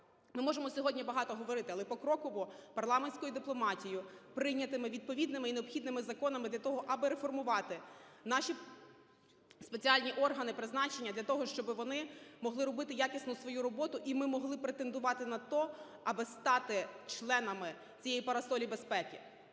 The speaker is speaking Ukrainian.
Ми можемо сьогодні багато говорити, але покроково парламентською дипломатією, прийнятими відповідними і необхідними законами для того, аби реформувати наші спеціальні органи призначення для того, щоб вони могли робити якісно свою роботу, і ми могли претендувати на те, аби стати членами цієї парасолі безпеки.